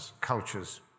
cultures